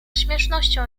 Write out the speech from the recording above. śmiesznością